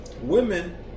Women